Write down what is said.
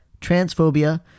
transphobia